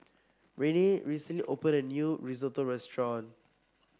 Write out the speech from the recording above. Renae recently opened a new Risotto restaurant